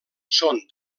són